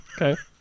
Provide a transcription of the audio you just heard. Okay